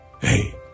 Hey